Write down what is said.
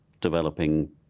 developing